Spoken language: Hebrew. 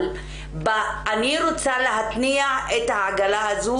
אבל אני רוצה להניע את העגלה הזאת,